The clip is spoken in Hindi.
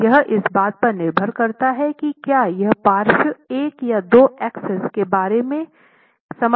और यह इस बात पर निर्भर करता है कि क्या यह पार्श्व एक या दो एक्सिस के बारे में के बारे में समर्थन करता है